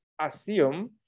assume